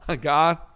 God